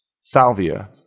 Salvia